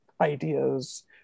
ideas